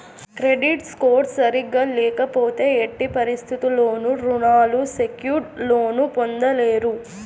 credit score సరిగ్గా లేకపోతే ఎట్టి పరిస్థితుల్లోనూ రుణాలు సెక్యూర్డ్ లోన్లు పొందలేరు